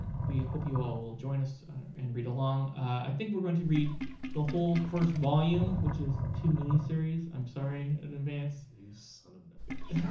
we hope you all will join us and read along. i think we're going to read the whole first volume, which is two mini-series. i'm sorry in advance. you son of and a bitch.